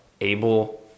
able